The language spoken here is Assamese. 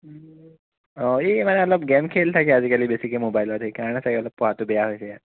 অ এই মানে অলপ গেম খেলি থাকে আজিকালি বেছিকৈ মোবাইলত সেইকাৰণে চাগৈ অলপ পঢ়াটো বেয়া হৈছে ইয়াৰ